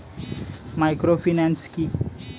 Microfinance কি?